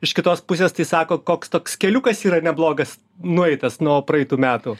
iš kitos pusės tai sako koks toks keliukas yra neblogas nueitas nuo praeitų metų